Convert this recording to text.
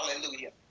hallelujah